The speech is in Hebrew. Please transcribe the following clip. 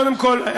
קודם כול,